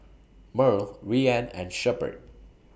Murl Rian and Shepherd